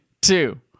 two